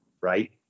right